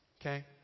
Okay